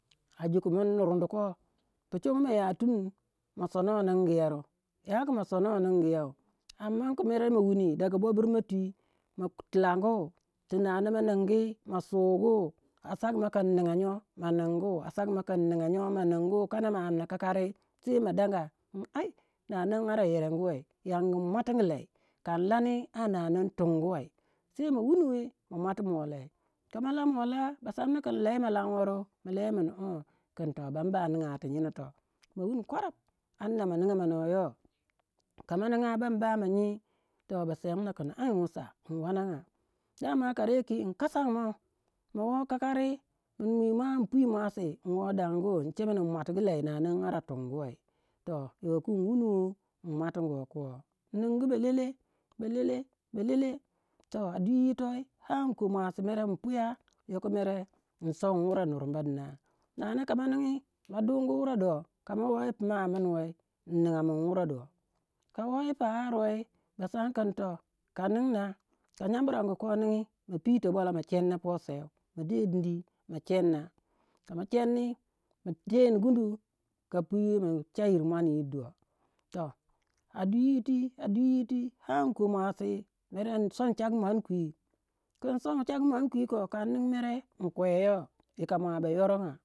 A jukumin nurdi ko pu chongo maya tum ma sona ninguyeru yoku ma masonou ninguyou, amma ku mere mawuni pwi bobrime twi ma tilangu ti nana moh ningi masugu a sagmou kin ninga nyor ma ningu kanda ma amna kakari, sei ma danga min ai nanan ara yeranguwei yangu in mautingi lei kan lani ara nanan tunguwe, sei ma wuniwe ma mwatimume lei kama lamwe lah ba samna kin lei ma lanweru ma lewe min ong kin toh ban ba ninga tu nyina toh mawuni kwarap, amna ma ninga moh yoh kama ninga bam ba nyi toh ba samna kin anwusa in wananga dama kare kwi in kasangu mou mowoh kakari in muima in pwi mausi in woh dangu in chemin in muatugu lei nanami ara tunguwei. Toh yo ku in wunuwei in mautunguwei ko in ningu balele balele belele toh a dwi yitoi har in koh muasi mere in puya yoko mere in son wurei nurba dina nana kama ningi ma dungu wure do kamo woi pu ma amin wei in ninga mun wurei doh ka woi pu ari wei basan kin toh kaninnah ka yambrangu ko ningi ma pito bwalou ma cheni pou seu, ma de dindi ma chena kama chenni ma teni gundu ka puwei ma chayir muani yir dor toh a dwi yitwi a dwi yitwi ang ko muasi mere in som chagu muan kwi, kun som chagu muon kwi koh ka in ningi mere in kwe yoh yikamua ba yoronga.